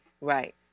Right